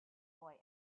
boy